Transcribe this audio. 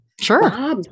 Sure